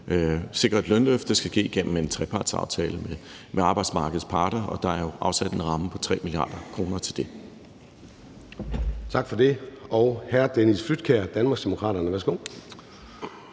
sikre et lønløft. Det skal ske gennem en trepartsaftale med arbejdsmarkedets parter, og der er afsat en ramme på 3 mia. kr. til det.